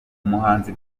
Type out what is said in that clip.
umuhanzi